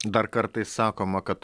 dar kartais sakoma kad